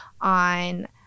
on